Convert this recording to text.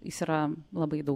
jis yra labai daug